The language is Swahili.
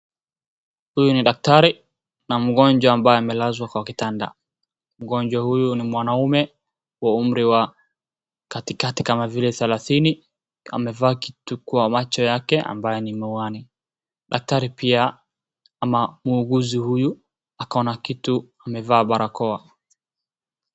Huyu ni daktari na mgonjwa ambaye amelazwa kwa kitanda. Mgonjwa huyu ni mwanaume wa umri wa katikati kama vile thelathini, amevaa kitu kwa macho yake ambaye ni miwani. Daktari pia ama muuguzi huyu ako na kitu amevaa barakoa.